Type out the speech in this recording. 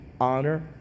honor